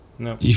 No